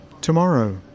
Tomorrow